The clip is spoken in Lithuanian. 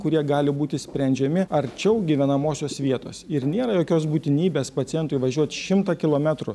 kurie gali būti sprendžiami arčiau gyvenamosios vietos ir nėra jokios būtinybės pacientui važiuot šimtą kilometrų